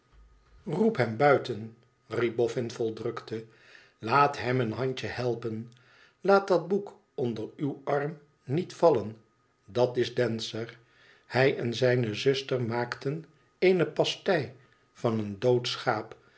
roep hem buiten riep boffin vol drukte t laat hem een handje helpen laat dat boek onder uw arm niet vallen dat is dancer hij en zijne zuster maakten eene pastei van een